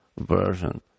version